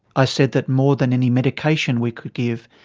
i said that more than any medication we could give,